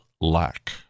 lack